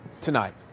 tonight